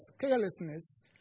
carelessness